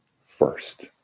first